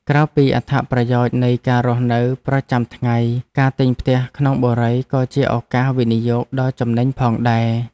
ក្រៅពីអត្ថប្រយោជន៍នៃការរស់នៅប្រចាំថ្ងៃការទិញផ្ទះក្នុងបុរីក៏ជាឱកាសវិនិយោគដ៏ចំណេញផងដែរ។